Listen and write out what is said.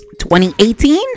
2018